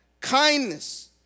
kindness